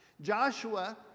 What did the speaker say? Joshua